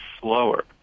slower